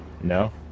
no